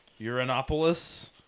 Uranopolis